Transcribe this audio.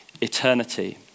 eternity